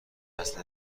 نسل